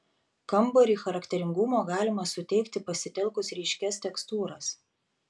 kambariui charakteringumo galima suteikti pasitelkus ryškias tekstūras